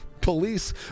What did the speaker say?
police